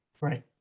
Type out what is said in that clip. right